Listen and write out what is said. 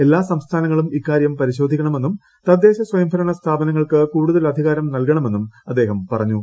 എല്ലാ സംസ്ഥാനങ്ങളും ഇക്കാര്യം പരിശോധിക്കണമെന്നും തദ്ദേശ സ്വയംഭരണസ്ഥാപനങ്ങൾക്ക് കൂടുതൽ അധികാരം നൽകണമെന്നും അദ്ദേഹം പറഞ്ഞു